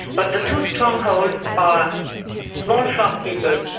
but the two strongholds are small shopkeepers,